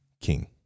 king